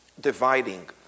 dividing